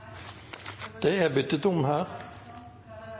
det er enighet om